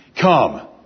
Come